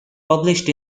published